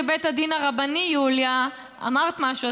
אמרת משהו,